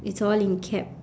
it's all in cap